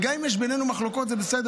וגם אם יש בינינו מחלוקות זה בסדר,